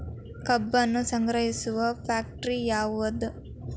ಕಬ್ಬನ್ನು ಸಂಗ್ರಹಿಸುವ ಫ್ಯಾಕ್ಟರಿ ಯಾವದು?